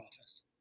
office